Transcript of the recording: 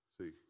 See